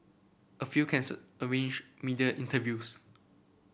a few cancelled arranged media interviews